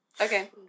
okay